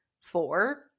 four